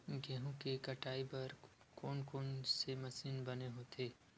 गेहूं के कटाई बर कोन कोन से मशीन बने होथे?